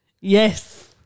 Yes